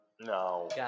No